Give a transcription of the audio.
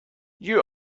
you